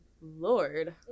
Lord